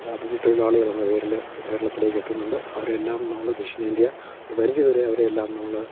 അതിഥി തൊഴിലാളികളെന്ന പേരിൽ കേരളത്തിലേക്ക് എത്തുന്നുണ്ട് അവരെയെല്ലാം നമ്മൾ ദക്ഷിണേന്ത്യ ഒരു പരിധിവരെ അവരെയെല്ലാം നമ്മൾ